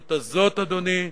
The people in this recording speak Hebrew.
במציאות הזאת, אדוני,